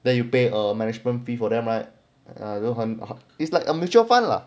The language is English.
then you pay a management fee for them right err don't ah it's like a mutual fund lah